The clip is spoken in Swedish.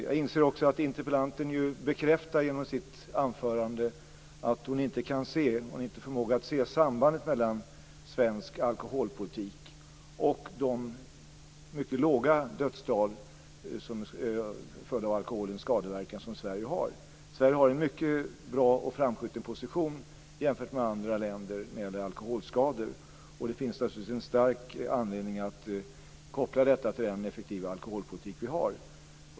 Jag inser också att interpellanten genom sitt anförande bekräftar att hon inte har förmåga att se sambandet mellan svensk alkoholpolitik och de mycket låga dödstal till följd av alkoholens skadeverkningar som Sverige har. Sverige har en mycket bra och framskjuten position jämfört med andra länder när det gäller alkoholskador. Det finns naturligtvis en stark anledning att koppla detta till den effektiva alkoholpolitik vi har.